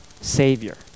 Savior